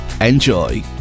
Enjoy